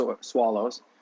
swallows